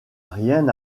rien